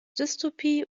dystopie